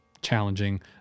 Challenging